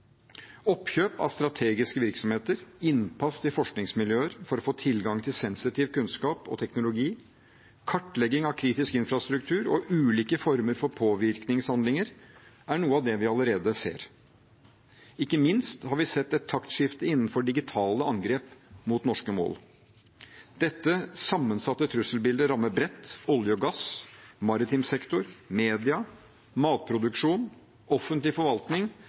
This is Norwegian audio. Oppkjøp av strategiske virksomheter, innpass i forskningsmiljøer for å få tilgang til sensitiv kunnskap og teknologi, kartlegging av kritisk infrastruktur og ulike former for påvirkningshandlinger er noe av det vi allerede ser. Ikke minst har vi sett et taktskifte innenfor digitale angrep mot norske mål. Dette sammensatte trusselbildet rammer bredt – olje og gass, maritim sektor, media, matproduksjon, offentlig forvaltning,